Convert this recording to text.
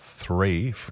Three